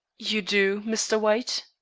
you do, mr. white?